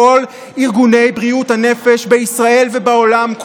כל ארגוני בריאות הנפש בישראל ובעולם,